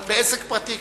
אבל בעסק פרטי,